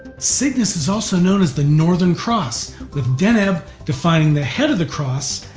cygnus is also known as the northern cross with deneb defining the head of the cross,